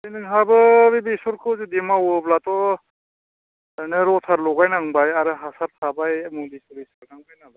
नोंहाबो बे बेसरखौ जुदि मावोब्लाथ' ओरैनो रटार लगायनांबाय आरो हासार थाबाय मुलि सुलि सारनांबाय नालाय